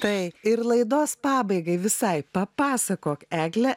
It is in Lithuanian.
tai ir laidos pabaigai visai papasakok egle